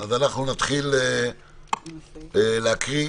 נתחיל להקריא.